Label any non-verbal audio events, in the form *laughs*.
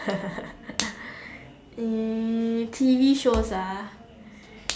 *laughs* uh T_V shows lah